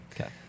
Okay